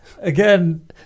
again